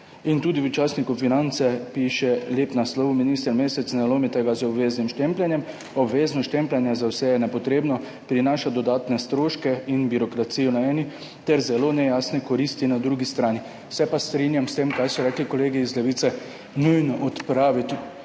in tudi v častniku Finance piše lep naslov, Minister Mesec, ne lomite ga z obveznim štempljanjem. Obvezno štempljanje za vse je nepotrebno, prinaša dodatne stroške in birokracijo na eni ter zelo nejasne koristi na drugi strani. Se pa strinjam s tem, kar so rekli kolegi iz Levice, nujno je